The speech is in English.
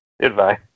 Goodbye